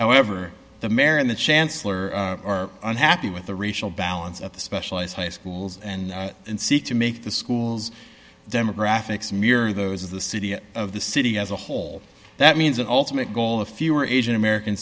however the mare and the chancellor are unhappy with the racial balance of the specialized high schools and seek to make the schools demographics mirror those of the city of the city as a whole that means an ultimate goal of fewer asian american